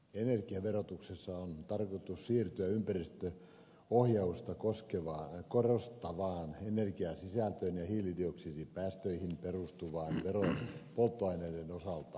energiaverotuksessa on tarkoitus siirtyä ympäristöohjausta korostavaan energiasisältöön ja hiilidioksidipäästöihin perustuvaan veroon polttoaineiden osalta